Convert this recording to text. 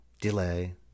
delay